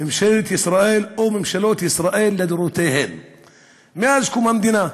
ממשלת ישראל או ממשלות ישראל לדורותיהן מאז קום המדינה.